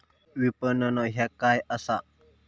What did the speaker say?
विपणन ह्या काय असा?